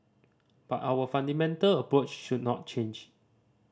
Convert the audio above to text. but our fundamental approach should not change